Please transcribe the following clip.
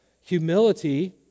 Humility